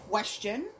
question